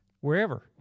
wherever